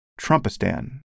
Trumpistan